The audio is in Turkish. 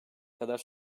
kadar